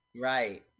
Right